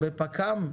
בפכ"מ?